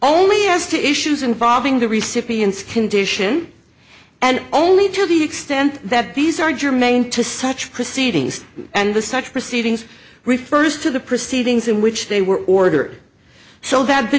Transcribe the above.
only as to issues involving the recipient's condition and only to the extent that these are germane to such proceedings and the such proceedings refers to the proceedings in which they were order so that the